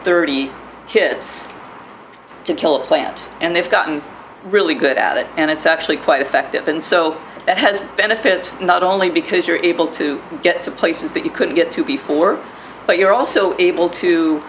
thirty kids to kill a plant and they've gotten really good at it and it's actually quite effective and so that has benefits not only because you're able to get to places that you couldn't get to before but you're also able